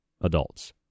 adults